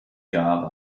jahre